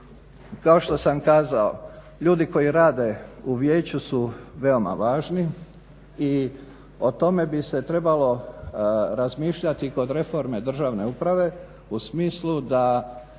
kao što sam kazao ljudi koji rade u vijeću su veoma važni i o tome bi se trebalo razmišljati kod reforme državne uprave u smislu da